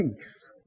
peace